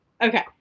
Okay